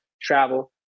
travel